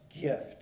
gift